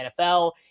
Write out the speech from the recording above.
NFL